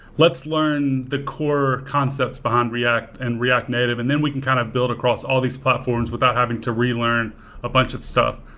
let's learn the core concepts behind react and react native and then we kind of build across all these platform without having to relearn a bunch of stuff.